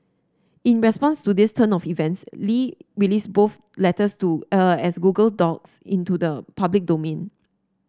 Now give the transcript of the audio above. in response to this turn of events Li released both letters to a as Google docs into the public domain